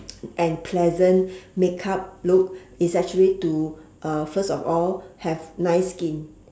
and pleasant makeup look is actually to uh first of all have nice skin